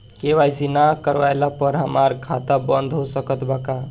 KYC ना करवाइला पर हमार खाता बंद हो सकत बा का?